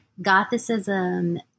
gothicism